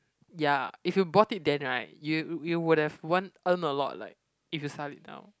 ya if you bought it then right you you would have want earn a lot like if you start it down